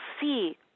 see